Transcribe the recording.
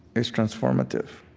it's transformative.